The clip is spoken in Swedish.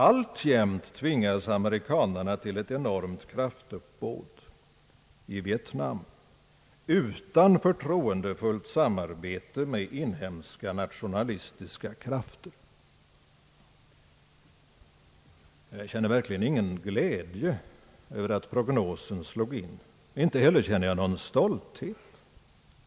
Alltjämt tvingas amerikanerna till ett enormt kraftuppbåd i Vietnam utan »förtroendefullt samarbete med inhemska nationalistiska krafter». Jag känner verkligen ingen glädje över att prognosen slog in, inte heller känner jag någon stolthet.